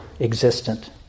existent